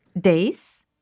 Days